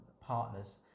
partners